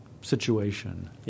situation